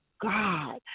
God